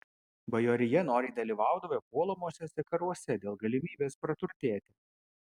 bajorija noriai dalyvaudavo puolamuosiuose karuose dėl galimybės praturtėti